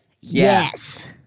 yes